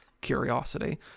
curiosity